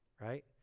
right